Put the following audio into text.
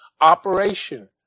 operation